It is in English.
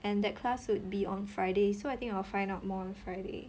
and that class would be on friday so I think I will find out more on friday